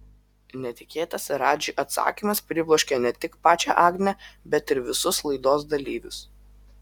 netikėtas radži atsakymas pribloškė ne tik pačią agnę bet ir visus laidos dalyvius